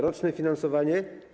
Roczne finansowanie?